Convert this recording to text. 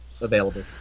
available